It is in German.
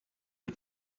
die